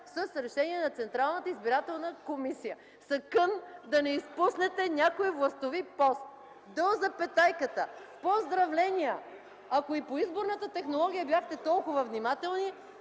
с решение на Централната избирателна комисия. Сакън да не изпуснете някой властови пост, до запетайката. (Шум и реплики от ГЕРБ.) Поздравления! Ако и по изборната технология бяхте толкова внимателни,